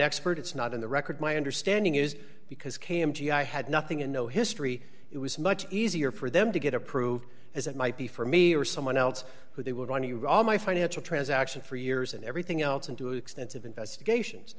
expert it's not in the record my understanding is because k m g i had nothing and no history it was much easier for them to get approved as it might be for me or someone else who they would run you all my financial transaction for years and everything else and do extensive investigations